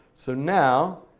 so now,